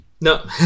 No